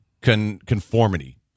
conformity